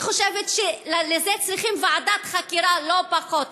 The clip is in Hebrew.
אני חושבת שלזה צריכים ועדת חקירה, לא פחות.